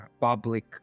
public